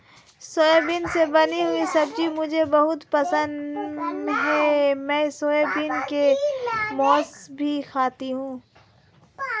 soybean से बनी हुई सब्जी मुझे बहुत पसंद है मैं सोयाबीन के मोमोज भी खाती हूं